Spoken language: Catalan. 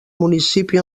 municipi